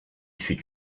fut